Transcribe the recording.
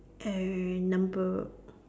err number